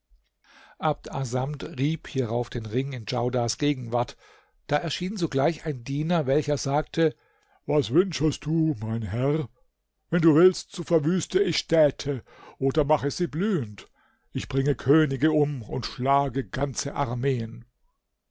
abd assamd rieb hierauf den ring in djaudars gegenwart da erschien sogleich ein diener welcher sagte was wünschest du mein herr wenn du willst so verwüste ich städte oder mache sie blühend ich bringe könige um und schlage ganze armeen